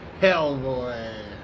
Hellboy